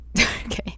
Okay